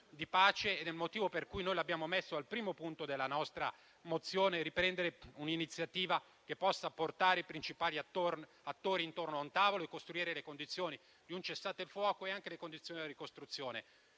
di pace ed è il motivo per cui noi l'abbiamo messo al primo punto della nostra risoluzione: riprendere un'iniziativa che possa portare i principali attori intorno a un tavolo e costruire le condizioni di un cessate il fuoco e anche quelle della ricostruzione.